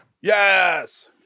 Yes